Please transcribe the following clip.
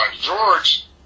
George